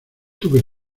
tuve